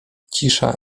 cisza